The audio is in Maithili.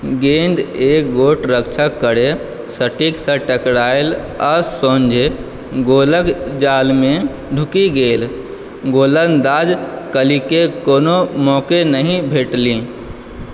गेन्द एक गोट रक्षकके स्टिकसँ टकराएल आ सोझे गोलके जालमे ढुकि गेल गोलन्दाज कलीके कोनो मौके नहि भेटलनि